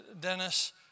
Dennis